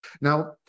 Now